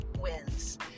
wins